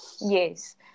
Yes